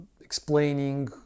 explaining